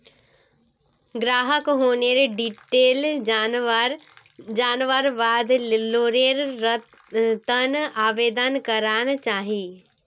ग्राहकक लोनेर डिटेल जनवार बाद लोनेर त न आवेदन करना चाहिए